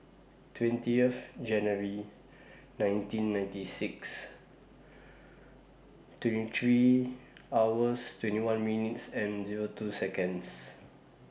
twentieth January nineteen ninety six twenty three hours twenty one minutes and Zero two Seconds